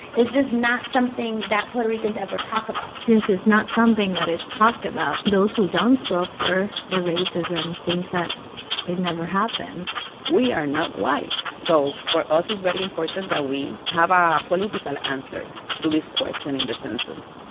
just not something that puerto ricans ever talk about since it's not something that is talked about, those who don't so suffer the racism think that it never happens we are not white. so for us, it's very important that that we have a political answer to this question in the census